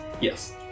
Yes